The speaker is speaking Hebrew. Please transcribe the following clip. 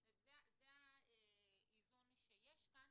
זה האיזון שיש כאן.